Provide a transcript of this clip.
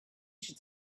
should